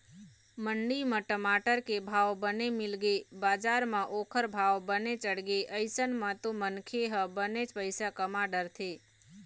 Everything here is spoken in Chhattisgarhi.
मंडी म टमाटर के भाव बने मिलगे बजार म ओखर भाव बने चढ़गे अइसन म तो मनखे ह बनेच पइसा कमा डरथे